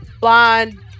blind